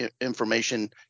information